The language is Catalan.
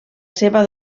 seva